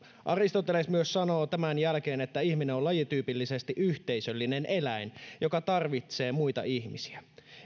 aristoteles myös sanoo tämän jälkeen että ihminen on lajityypillisesti yhteisöllinen eläin joka tarvitsee muita ihmisiä